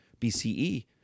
BCE